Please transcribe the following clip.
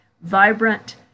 vibrant